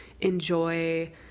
enjoy